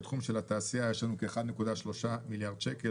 לתחום של התעשייה יש לנו כ-1.3 מיליארד שקל,